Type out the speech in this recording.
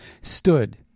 stood